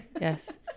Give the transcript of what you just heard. Yes